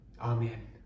Amen